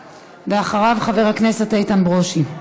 ואחריו, חבר הכנסת איתן ברושי.